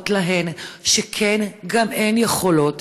ולהראות להן שכן, גם הן יכולות.